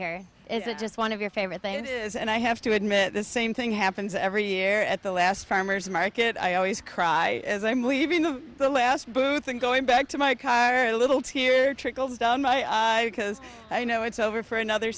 here it's just one of your favorite thing and i have to admit the same thing happens every year at the last farmer's market i always cry as i'm leaving the the last booth and going back to my car a little to hear trickles down because i know it's over for another